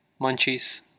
munchies